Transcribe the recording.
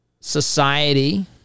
society